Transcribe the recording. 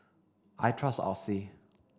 I trust Oxy